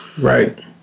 Right